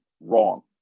wrong